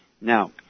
Now